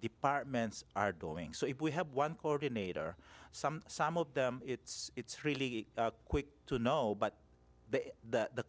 departments are going so if we have one coordinator some some of it's it's really quick to know but the the